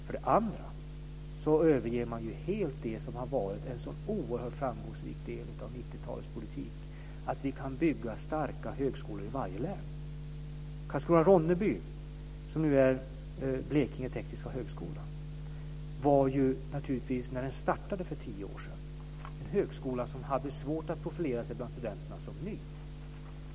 För det andra överger man helt det som har varit en framgångsrik del av 90-talets politik, att vi kunnat bygga starka högskolor i varje län. Karlskrona-Ronneby är nu Blekinges tekniska högskola. När den startade för tio år sedan var den som ny en högskola som hade svårt att profilera sig bland studenterna.